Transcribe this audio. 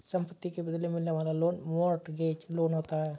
संपत्ति के बदले मिलने वाला लोन मोर्टगेज लोन होता है